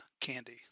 candy